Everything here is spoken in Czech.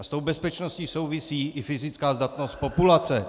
S bezpečností souvisí i fyzická zdatnost populace.